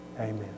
Amen